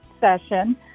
session